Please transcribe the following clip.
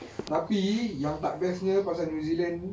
tapi yang tak bestnya pasal new zealand